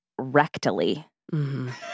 rectally